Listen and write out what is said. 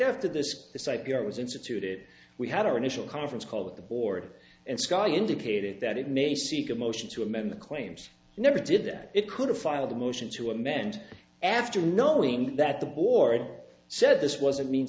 after this site guy was instituted we had our initial conference call that the board and sky indicated that it may seek a motion to amend the claims never did that it could have filed a motion to amend after knowing that the board said this was a mean